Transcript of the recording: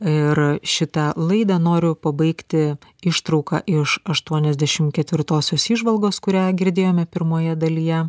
ir šitą laidą noriu pabaigti ištrauka iš aštuoniasdešimt ketvirtosios įžvalgos kurią girdėjome pirmoje dalyje